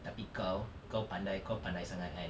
tapi kau kau pandai kau pandai sangat kan